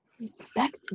Respect